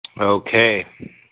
okay